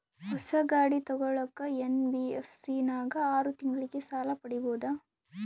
ಹೊಸ ಗಾಡಿ ತೋಗೊಳಕ್ಕೆ ಎನ್.ಬಿ.ಎಫ್.ಸಿ ನಾಗ ಆರು ತಿಂಗಳಿಗೆ ಸಾಲ ಪಡೇಬೋದ?